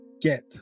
get